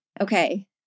okay